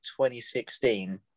2016